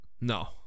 No